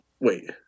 Wait